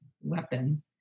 weapon